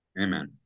Amen